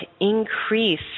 increase